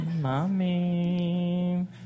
Mommy